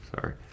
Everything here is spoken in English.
sorry